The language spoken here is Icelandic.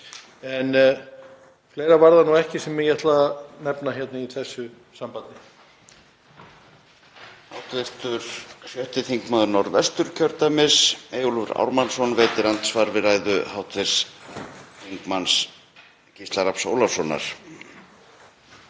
En fleira var það ekki sem ég ætlaði að nefna í þessu sambandi.